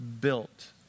built